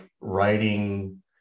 writing